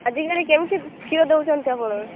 ଆଜିକାଲି କେମିତି କ୍ଷୀର ଦେଉଛନ୍ତି ଆପଣ